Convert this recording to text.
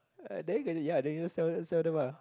uh then you get it ya then you just sell them sell them ah